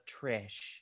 Trish